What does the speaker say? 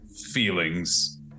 feelings